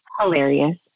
hilarious